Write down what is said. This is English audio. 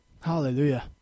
Hallelujah